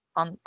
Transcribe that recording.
on